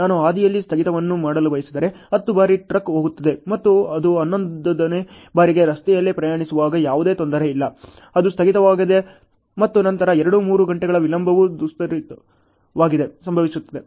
ನಾನು ಹಾದಿಯಲ್ಲಿ ಸ್ಥಗಿತವನ್ನು ಮಾಡಲು ಬಯಸಿದರೆ 10 ಬಾರಿ ಟ್ರಕ್ ಹೋಗುತ್ತದೆ ಮತ್ತು ಅದು 11 ದನೇ ಬಾರಿಗೆ ರಸ್ತೆಯಲ್ಲಿ ಪ್ರಯಾಣಿಸುವಾಗ ಯಾವುದೇ ತೊಂದರೆಯಿಲ್ಲ ಅದು ಸ್ಥಗಿತವಾಗಿದೆ ಮತ್ತು ನಂತರ 2 3 ಗಂಟೆಗಳ ವಿಳಂಬವು ದುರಸ್ತಿಗಾಗಿ ಸಂಭವಿಸುತ್ತದೆ